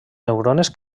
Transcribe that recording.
neurones